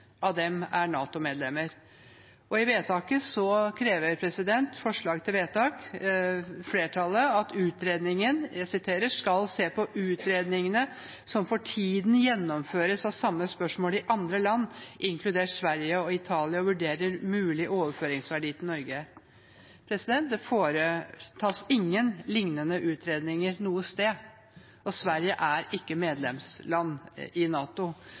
av dem er NATO-medlemmer. I forslaget til vedtak krever flertallet at utredningen skal «se på utredningene som for tiden gjennomføres av samme spørsmål i andre land, inkludert Sverige og Italia, og vurdere mulig overføringsverdi til Norge.» Det foretas ingen lignende utredninger noe sted, og Sverige er ikke medlemsland i NATO.